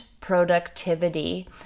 productivity